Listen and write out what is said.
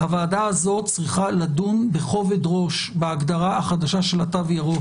הוועדה הזו צריכה לדון בכובד ראש בהגדרה החדשה של התו הירוק